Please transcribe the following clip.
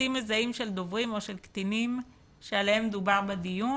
פרטים מזהים של דוברים או של קטינים שעליהם דובר בדיון,